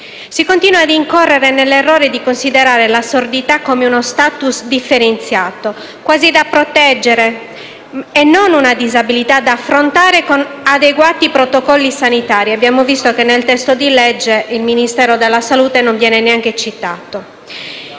Si continua a incorrere nell'errore di considerare la sordità come uno *status* differenziato, quasi da proteggere, e non una disabilità da affrontare con adeguati protocolli sanitari. Abbiamo visto che nel testo del disegno di legge il Ministero della salute non viene nemmeno citato.